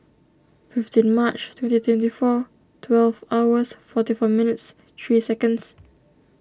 fifteen March twenty twenty four twelve hours forty four minutes three seconds